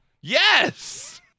Yes